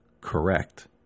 correct